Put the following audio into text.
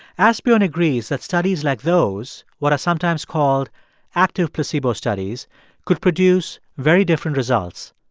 asbjorn agrees that studies like those what are sometimes called active placebo studies could produce very different results.